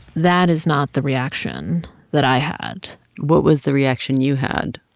that is not the reaction that i had what was the reaction you had?